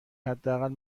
حداقل